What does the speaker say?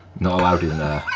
not allowed in